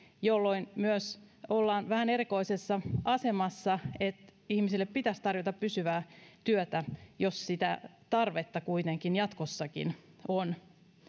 myös silloin ollaan vähän erikoisessa asemassa kun ihmisille pitäisi tarjota pysyvää työtä jos sitä tarvetta kuitenkin jatkossakin on